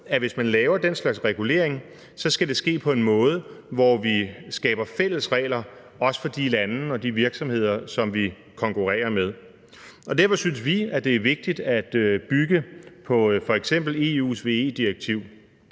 at hvis man laver den slags regulering, skal det ske på en måde, hvor vi skaber fælles regler, også for de lande og de virksomheder, som vi konkurrerer med. Derfor synes vi, at det er vigtigt at bygge på f.eks. EU's VE-direktiv.